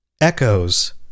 echoes